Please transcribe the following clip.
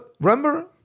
remember